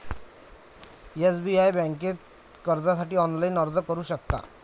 SBI बँकेत कर्जासाठी online अर्जही करू शकता